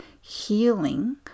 healing